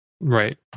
Right